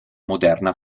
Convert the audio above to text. moderna